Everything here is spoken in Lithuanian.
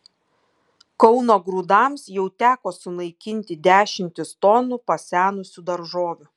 kauno grūdams jau teko sunaikinti dešimtis tonų pasenusių daržovių